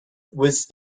was